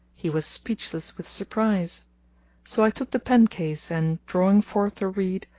he was speechless with surprise so i took the pen case and, drawing forth a reed,